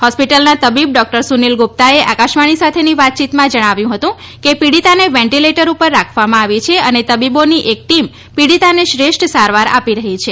હોસ્પિટલના તબીબ ડોક્ટર સુનિલ ગુપ્તાએ આકાશવાણી સાથેની વાતચીતમાં જણાવ્યું હતું કે પીડિતાને વેન્ટીલેટર ઉપર રાખવામાં આવી છે અને તબીબોની એક ટીમ પીડિતાને શ્રેષ્ઠ સારવાર આપી રહ્યી છે